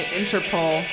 interpol